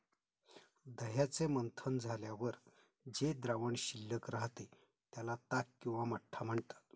दह्याचे मंथन झाल्यावर जे द्रावण शिल्लक राहते, त्याला ताक किंवा मठ्ठा म्हणतात